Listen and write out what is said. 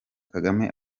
kagame